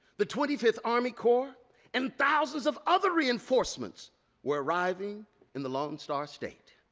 the twenty fifth army corps and thousands of other reinforcements were arriving in the lone star state.